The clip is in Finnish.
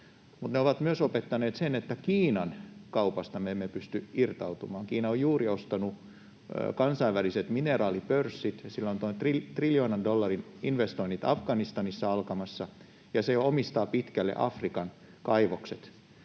ne ovat opettaneet myös sen, että Kiinan kaupasta me emme pysty irtautumaan. Kiina on juuri ostanut kansainväliset mineraalipörssit. Sillä on triljoonan dollarin investoinnit Afganistanissa alkamassa, ja se omistaa pitkälle Afrikan kaivokset.